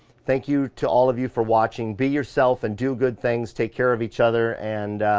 thank you to all of you for watching. be yourself and do good things, take care of each other, and,